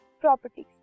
properties